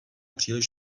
příliš